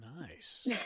Nice